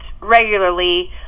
regularly